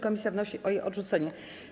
Komisja wnosi o jej odrzucenie.